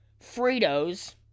Fritos